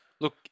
Look